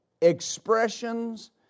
Expressions